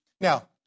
Now